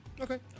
Okay